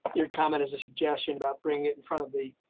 your comment is a suggestion about bring it in front of the.